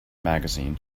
magazine